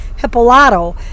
Hippolato